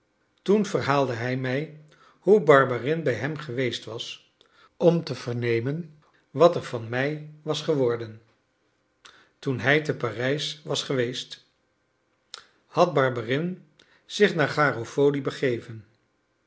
toen verhaalde hij mij hoe barberin bij hem geweest was om te vernemen wat er van mij was geworden toen hij te parijs was geweest had barberin zich naar garofoli begeven